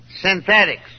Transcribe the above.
synthetics